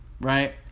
right